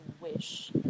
wish